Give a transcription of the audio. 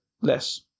less